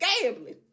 gambling